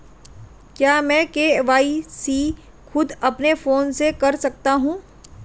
क्या मैं के.वाई.सी खुद अपने फोन से कर सकता हूँ?